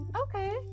Okay